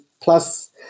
plus